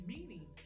Meaning